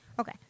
Okay